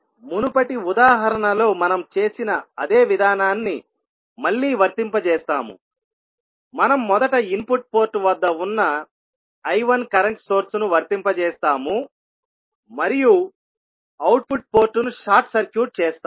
మునుపటి ఉదాహరణలో మనం చేసిన అదే విధానాన్ని మళ్ళీ వర్తింపజేస్తాముమనం మొదట ఇన్పుట్ పోర్ట్ వద్ద ఉన్న I1కరెంట్ సోర్స్ ను వర్తింపజేస్తాము మరియు అవుట్పుట్ పోర్టును షార్ట్ సర్క్యూట్ చేస్తాము